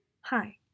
Hi